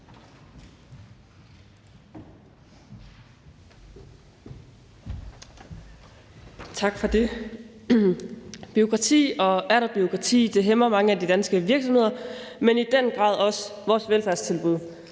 Tak for det. Bureaukrati og atter bureaukrati hæmmer mange af de danske virksomheder, men i den grad også vores velfærdstilbud.